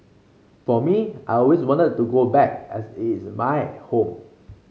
for me I always want to go back as it is my home